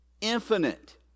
infinite